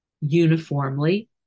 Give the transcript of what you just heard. uniformly